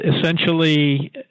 essentially